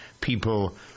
people